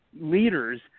leaders